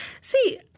See